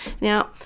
Now